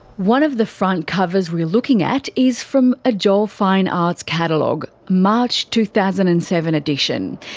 one of the front covers we're looking at is from a joel fine arts catalogue, march two thousand and seven edition.